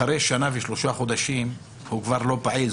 אחרי שנה ושלושה חודשים הוא כבר לא פעיל.